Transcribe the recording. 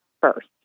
first